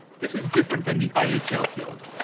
this is different than the ihl field,